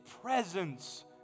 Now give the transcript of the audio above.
presence